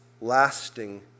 lasting